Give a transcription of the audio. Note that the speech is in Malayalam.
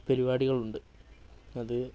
പരിപാടികളുണ്ട് അത്